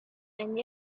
and